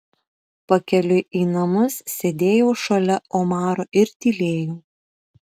pakeliui į namus sėdėjau šalia omaro ir tylėjau